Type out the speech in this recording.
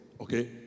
Okay